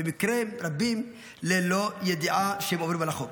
במקרים רבים ללא ידיעה שהם עוברים על החוק.